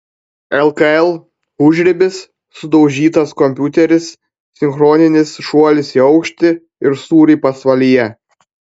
lkl užribis sudaužytas kompiuteris sinchroninis šuolis į aukštį ir sūriai pasvalyje